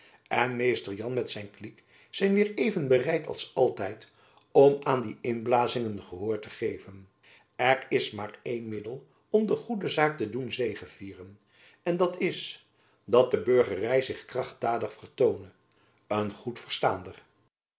en mr jan met zijn kliek zijn weêr even bereid als altijd om aan die inblazingen gehoor te geven er is maar een middel om de goede zaak te doen zegevieren en dat is dat de burgery zich krachtdadig vertoone een goed verstaander